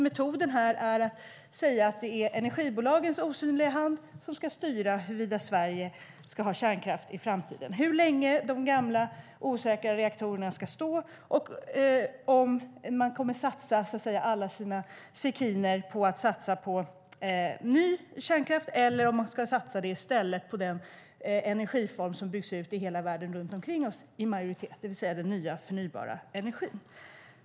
Metoden är att säga att det är energibolagens osynliga hand som ska styra huruvida Sverige ska ha kärnkraft i framtiden, hur länge de gamla osäkra reaktorerna ska stå och om man kommer att satsa alla sina sekiner på ny kärnkraft eller om man i stället ska satsa dem på de energislag som byggs ut i majoritet i hela världen runt omkring oss, det vill säga den nya förnybara energin.